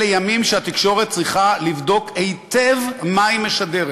אלה ימים שהתקשורת צריכה לבדוק היטב מה היא משדרת.